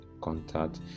contact